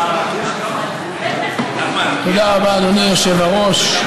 תודה רבה, אדוני היושב-ראש.